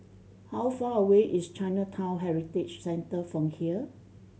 how far away is Chinatown Heritage Centre from here